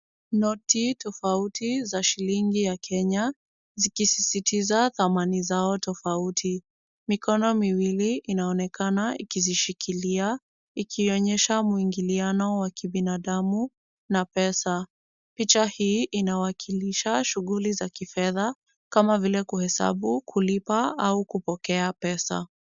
Noti tofauti za shilingi ya kenya, zikisisitiza thamani zao tofauti. Mikono miwili inaonekana ikizishikilia, ikionyesha muingiliano wa kibinadamu na pesa. Picha hii inawakilisha shughuli za kifedha, kama vile kuhesabu, kulipa au kupokea pesa.